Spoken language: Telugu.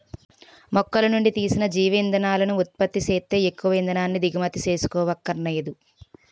మొక్కలనుండి తీసిన జీవ ఇంధనాలను ఉత్పత్తి సేత్తే ఎక్కువ ఇంధనాన్ని దిగుమతి సేసుకోవక్కరనేదు